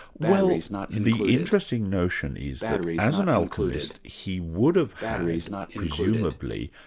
well, the interesting notion is that as an alchemist, he would have had, presumably,